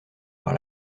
par